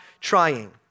trying